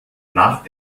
nach